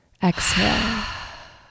exhale